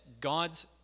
God's